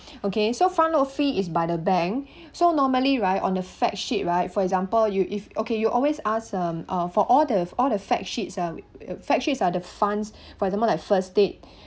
okay so front load fee is by the bank so normally right on the fact sheet right for example you if okay you always ask um for all the all the fact sheets uh fact sheets are the funds for example like first state